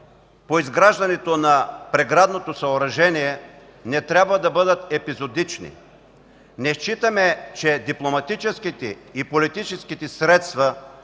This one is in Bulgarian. по изграждането на преградното съоръжение, не трябва да бъдат епизодични. Не считаме, че дипломатическите и политическите средства